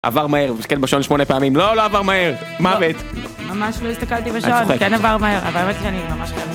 עבר מהר, הוא מסתכל בשעון שמונה פעמים, לא, לא עבר מהר, מוות. ממש לא הסתכלתי בשעון, כן עבר מהר, אבל האמת היא שאני ממש...